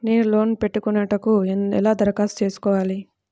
నేను లోన్ పెట్టుకొనుటకు ఎలా దరఖాస్తు చేసుకోవాలి?